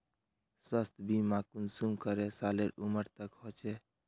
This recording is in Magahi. स्वास्थ्य बीमा कुंसम करे सालेर उमर तक होचए?